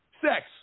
Sex